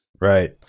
Right